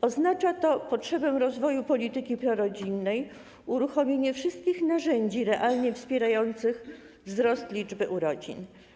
Oznacza to potrzebę rozwoju polityki prorodzinnej, uruchomienie wszystkich narzędzi realnie wspierających wzrost liczby urodzin.